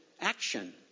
action